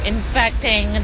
Infecting